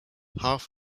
half